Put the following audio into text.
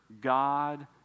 God